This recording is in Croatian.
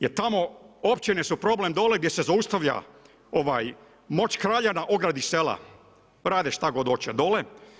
Jer tamo općine su problem dole gdje se zaustavlja moć kralja na ogradi sela, rade šta god hoće dole.